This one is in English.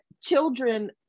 children